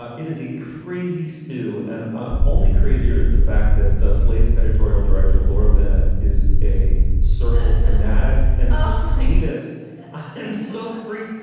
ah it is a crazy stew, and only crazier is the fact that slate's editorial director, laura bennett is a circle fanatic and he'd just slow freak.